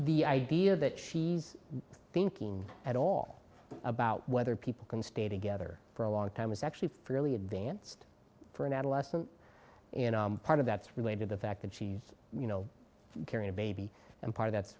the idea that she's thinking at all about whether people can stay together for a long time is actually fairly advanced for an adolescent in a part of that's related to the fact that she you know carrying a baby and part of that's